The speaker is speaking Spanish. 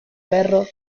perro